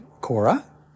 Cora